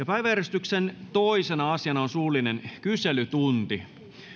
päiväjärjestyksen toisena asiana on suullinen kyselytunti